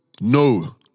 no